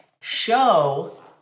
show